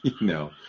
No